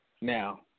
Now